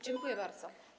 Dziękuję bardzo.